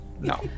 no